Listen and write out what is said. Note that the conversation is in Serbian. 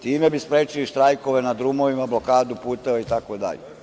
Time bi sprečili štrajkove na drumovima, blokadu puteva itd.